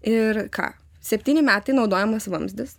ir ką septyni metai naudojamas vamzdis